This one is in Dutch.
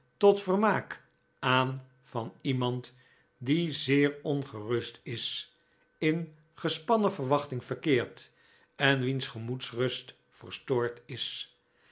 tot vermaak aan van iemand die zeer ongerust is in gespannen verwachting verkeert en wiens gemoedsrust verstoord is